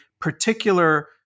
particular